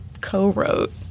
co-wrote